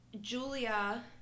Julia